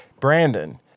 Brandon